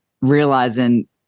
realizing